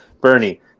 Bernie